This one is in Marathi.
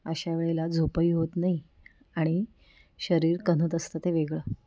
अशा वेळेला झोपही होत नाही आणि शरीर कण्हत असतं ते वेगळं